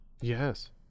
yes